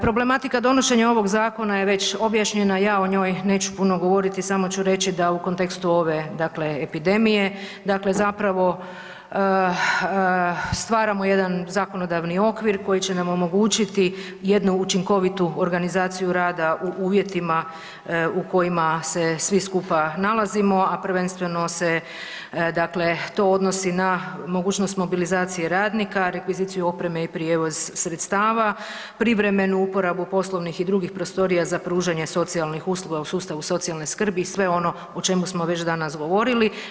Problematika donošenja ovog zakona je već objašnjena, ja o njoj neću puno govoriti samo ću reći da u kontekstu ove, dakle epidemije dakle zapravo stvaramo jedan zakonodavni okvir koji će nam omogućiti jednu učinkovitu organizaciju rada u uvjetima u kojima se svi skupa nalazimo, a prvenstveno se dakle to odnosi na mogućnost mobilizacije radnika, rekviziciju opreme i prijevoz sredstava, privremenu uporabu poslovnih i drugih prostorija za pružanje socijalnih usluga u sustavu socijalne skrbi i sve ono o čemu smo već danas govorili.